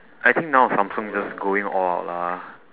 I think now samsung just going all out lah